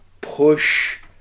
push